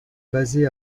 basée